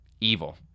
evil